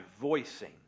voicing